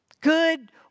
Good